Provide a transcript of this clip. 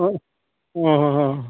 औ अ अ